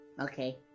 Okay